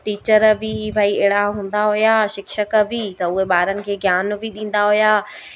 teacher बि भई अहिड़ा हूंदा हुया शिक्षक बि त हुए ॿारनि खे ज्ञानु बि ॾींदा हुया